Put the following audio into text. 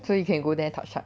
so you can go there touch touch